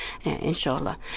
inshallah